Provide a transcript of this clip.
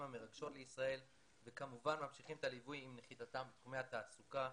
המרגשות לישראל וכמובן ממשיכים את הליווי עם נחיתתם בתחומי התעסוקה,